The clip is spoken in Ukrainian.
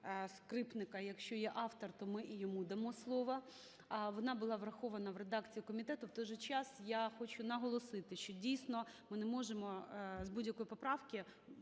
Скрипника, якщо є автор, то ми і йому дамо слово, вона була врахована в редакції комітету. В той же час я хочу наголосити, що дійсно ми не можемо з будь-якої поправки